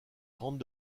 grande